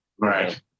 Right